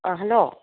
ꯑꯥ hello